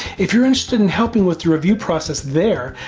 if you're interested in helping with the review process there,